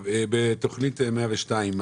בתכנית 102,